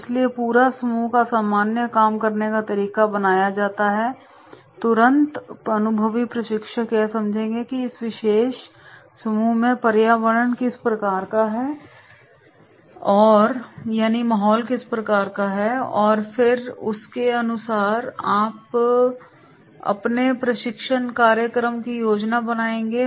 इसलिए पूरा समूह का सामान्य काम करने का तरीका बनाया जाता है तुरंत अनुभवी प्रशिक्षक यह समझेंगे कि इस विशेष समूह में पर्यावरण किस प्रकार का है और फिर उसके अनुसार वह अपने प्रशिक्षण कार्यक्रम की योजना बनाएंगे